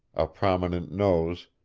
a prominent nose,